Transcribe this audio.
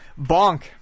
Bonk